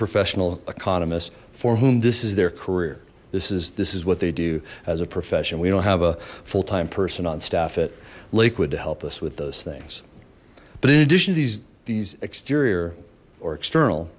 professional economists for whom this is their career this is this is what they do as a profession we don't have a full time person on staff at lakewood to help us with those things but in addition to these these exterior or external